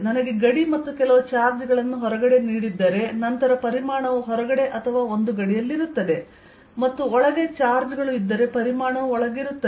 ನನಗೆ ಗಡಿ ಮತ್ತು ಕೆಲವು ಚಾರ್ಜ್ ಗಳನ್ನು ಹೊರಗಡೆ ನೀಡಿದ್ದರೆ ನಂತರ ಪರಿಮಾಣವು ಹೊರಗಡೆ ಅಥವಾ ಒಂದು ಗಡಿಯಲ್ಲಿರುತ್ತದೆ ಮತ್ತು ಒಳಗೆ ಚಾರ್ಜ್ ಗಳು ಇದ್ದರೆ ಪರಿಮಾಣವು ಒಳಗೆ ಇರುತ್ತದೆ